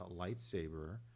lightsaber